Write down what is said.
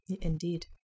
Indeed